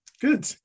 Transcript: Good